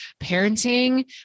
parenting